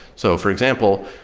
so for example,